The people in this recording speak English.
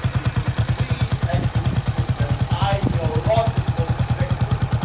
because we executed an ideological victory.